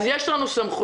אז יש לנו סמכויות.